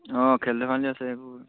অঁ খেল ধেমালি আছে এইবোৰ